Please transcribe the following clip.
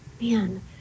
Man